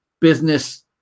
business